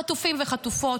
חטופים וחטופות,